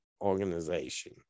organization